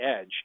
edge